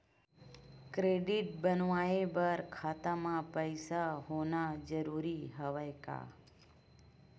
Credit बनवाय बर खाता म पईसा होना जरूरी हवय का?